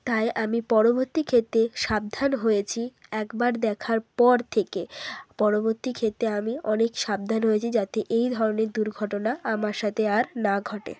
তাই আমি পরবর্তী ক্ষেত্রে সাবধান হয়েছি একবার দেখার পর থেকে পরবর্তী ক্ষেত্রে আমি অনেক সাবধান হয়েছি যাতে এই ধরনের দুর্ঘটনা আমার সাথে আর না ঘটে